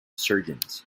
surgeons